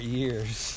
years